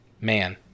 man